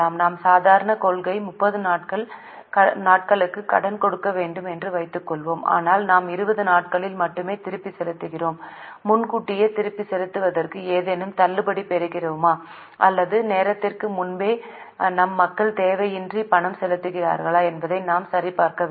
நம் சாதாரண கொள்கை 30 நாட்களுக்கு கடன் வேண்டும் என்று வைத்துக்கொள்வோம் ஆனால் நாம் 20 நாட்களில் மட்டுமே திருப்பிச் செலுத்துகிறோம் முன்கூட்டியே திருப்பிச் செலுத்துவதற்கு ஏதேனும் தள்ளுபடி பெறுகிறோமா அல்லது நேரத்திற்கு முன்பே நம் மக்கள் தேவையின்றி பணம் செலுத்துகிறார்களா என்பதை நாம் சரிபார்க்க வேண்டும்